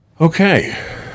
Okay